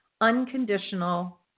unconditional